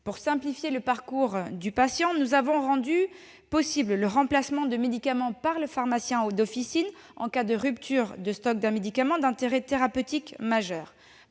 Pour simplifier le parcours du patient, nous avons rendu possible le remplacement de médicaments par le pharmacien d'officine en cas de rupture de stock d'un médicament d'intérêt thérapeutique majeur.